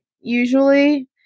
usually